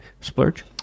Splurge